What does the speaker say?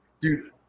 dude